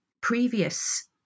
previous